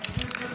חבר הכנסת